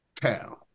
town